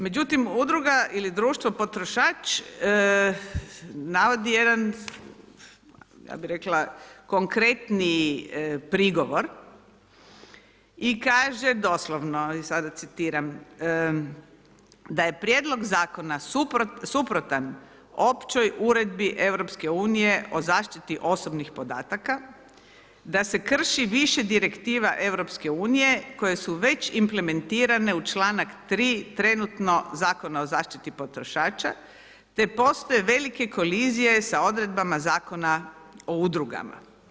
Međutim, udruga ili društvo potrošač navodi jedan, ja bih rekla konkretniji prigovor i kaže doslovno i sada citiram, da je Prijedlog Zakona suprotan općoj uredbi EU o zaštiti osobnih podataka, da se krši više direktiva EU koje su već implementirane u čl. 3. trenutnog Zakona o zaštiti potrošača, te postoje velike kolizije sa odredbama Zakona o udrugama.